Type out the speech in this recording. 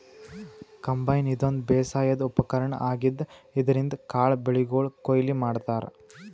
combine ಇದೊಂದ್ ಬೇಸಾಯದ್ ಉಪಕರ್ಣ್ ಆಗಿದ್ದ್ ಇದ್ರಿನ್ದ್ ಕಾಳ್ ಬೆಳಿಗೊಳ್ ಕೊಯ್ಲಿ ಮಾಡ್ತಾರಾ